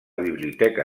biblioteca